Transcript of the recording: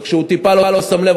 וכשהוא טיפה לא שם לב,